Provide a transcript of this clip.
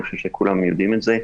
אני חושב שכולם יודעים את זה.